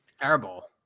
Terrible